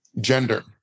gender